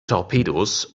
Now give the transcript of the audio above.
torpedos